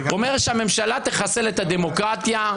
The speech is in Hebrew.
הוא אומר שהממשלה תחסל את הדמוקרטיה,